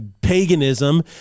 paganism